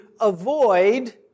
avoid